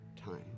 time